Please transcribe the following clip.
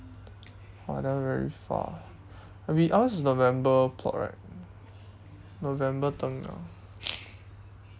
!wah! that one very far eh we ask november plot right november tengah